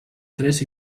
tres